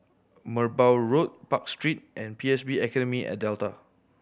Merbau Road Park Street and P S B Academy at Delta